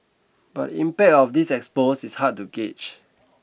but the impact of this expose is hard to gauge